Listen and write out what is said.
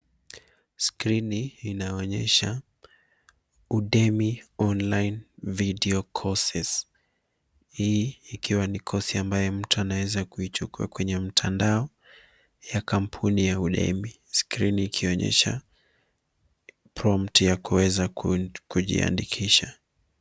Skrini inaonyesha udemy online video courses hii ikiwa ni kosi ambaye mtu anaweza kuichukua kwenye mtandao ya kampuni ya Udemi skrini ikionyesha prompt ya kuweza kujiandikisha.